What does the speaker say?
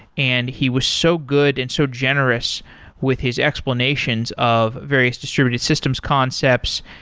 and he was so good and so generous with his explanations of various distributed systems concepts,